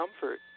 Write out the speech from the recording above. comfort